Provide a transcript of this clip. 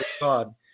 God